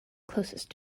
closest